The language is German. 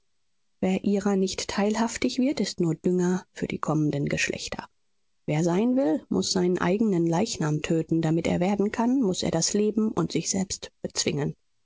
wer ihrer nicht teilhaftig wird ist nur dünger für die kommenden geschlechter wer sein will muß seinen eigenen leichnam töten damit er werden kann muß er das leben und sich selbst bezwingen